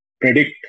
predict